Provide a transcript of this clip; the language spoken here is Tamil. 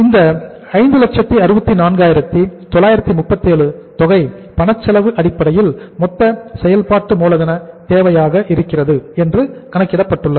இந்த 564937 தொகை பணச்செலவு அடிப்படையில் மொத்த செயல்பாட்டு மூலதன தேவையாக இருக்கிறது என்று கணக்கிடப்பட்டுள்ளது